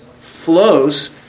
flows